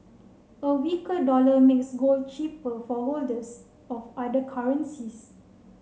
a weaker dollar makes gold cheaper for holders of other currencies